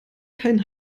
keinen